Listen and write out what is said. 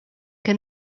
que